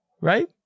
right